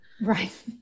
Right